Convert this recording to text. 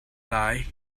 lai